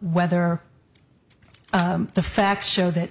whether the facts show that